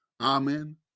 Amen